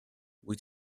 with